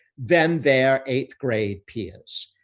then their eighth-grade peers.